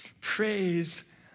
Praise